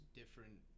different